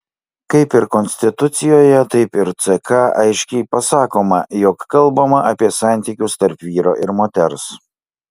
kaip ir konstitucijoje taip ir ck aiškiai pasakoma jog kalbama apie santykius tarp vyro ir moters